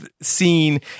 scene